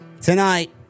tonight